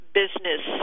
business